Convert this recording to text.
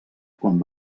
quan